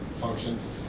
functions